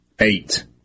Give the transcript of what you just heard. eight